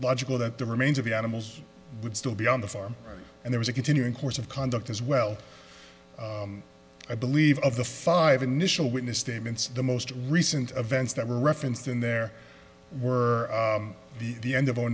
logical that the remains of the animals would still be on the farm and there is a continuing course of conduct as well i believe of the five initial witness statements the most recent events that were referenced in there were the the end of